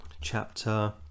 chapter